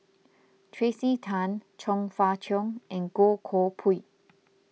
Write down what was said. Tracey Tan Chong Fah Cheong and Goh Koh Pui